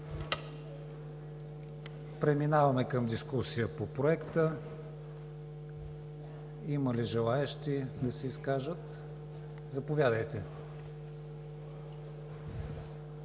Преминаваме към дискусия по Проекта. Има ли желаещи да се изкажат? Заповядайте.